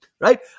right